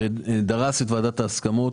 שדרס את ועדת ההסכמות.